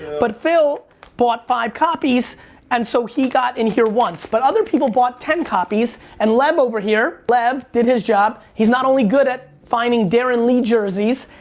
but phil bought five copies and so he got in here once but other people bought ten copies, and lev, over here, lev, did his job. he's not only good at finding darren lee jerseys,